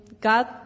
God